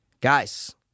guys